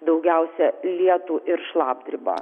daugiausia lietų ir šlapdribą